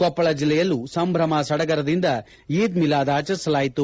ಕೊಪ್ಪಳ ಜಿಲ್ಲೆಯಲ್ಲೂ ಸಂಭ್ರಮ ಸಡಗರದಿಂದ ಈದ್ ಮಿಲಾದ್ ಆಚರಿಸಲಾಯಿತು